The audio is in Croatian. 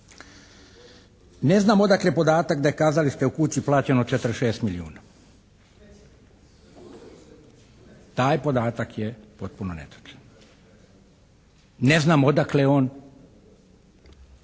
Ne znam odakle podatak da je "kazalište u kući" plaćeno 46 milijuna. Taj podatak je potpuno netočan. Ne znam odakle je